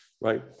right